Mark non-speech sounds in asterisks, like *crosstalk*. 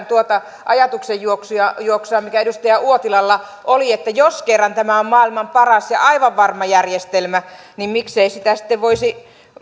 *unintelligible* tuota ajatuksenjuoksua mikä edustaja uotilalla oli että jos kerran tämä on maailman paras ja aivan varma järjestelmä niin miksei siellä sitten voisi